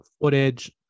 footage